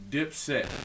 Dipset